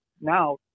now